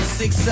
six